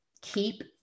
keep